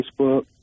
Facebook